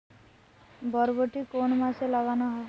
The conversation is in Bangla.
বরবটি কোন মাসে লাগানো হয়?